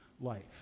life